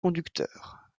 conducteur